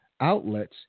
outlets